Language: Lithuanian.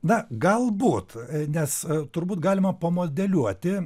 na galbūt nes turbūt galima pamodeliuoti